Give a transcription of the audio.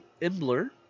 Imbler